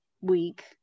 week